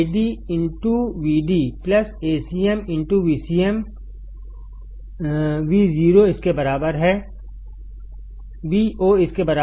Ad Vd Acm VcmVo इसकेबराबर है